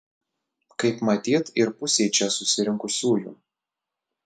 kaip matyt ir pusei čia susirinkusiųjų